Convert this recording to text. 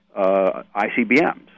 ICBMs